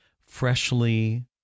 freshly